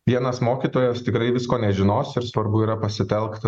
vienas mokytojas tikrai visko nežinos ir svarbu yra pasitelkt